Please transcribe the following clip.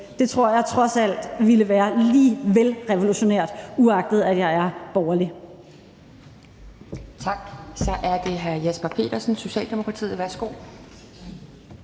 Det tror jeg trods alt ville være lige vel revolutionært, uagtet at jeg er borgerlig.